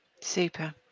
super